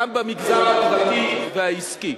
גם במגזר הפרטי והעסקי.